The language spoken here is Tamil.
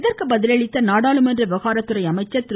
இதற்கு பதிலளித்த நாடாளுமன்ற விவகாரத்துறை அமைச்சர் திரு